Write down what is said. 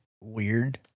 weird